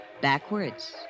Backwards